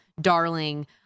darling